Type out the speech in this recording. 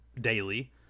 daily